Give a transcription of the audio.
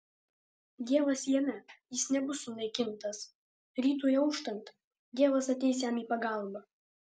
dievas jame jis nebus sunaikintas rytui auštant dievas ateis jam į pagalbą